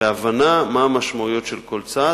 והבנה מה המשמעויות של כל צד.